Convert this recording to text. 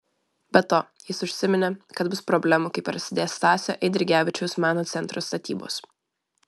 be to jis užsiminė kad bus problemų kai prasidės stasio eidrigevičiaus meno centro statybos